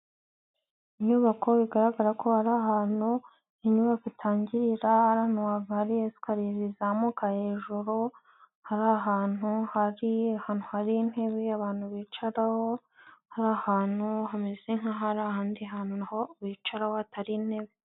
Inyubako bigaragara ko hari ahantu inyubako itangirira, ahantu hari esikariye zizamuka hejuru, hari ahantu hari intebe abantu bicaraho, hari ahantu hameze nk'ahari ahandi hantu n'aho bicaraho hatari intebe.